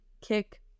kick